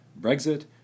Brexit